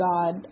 God